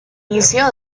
inicio